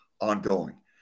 ongoing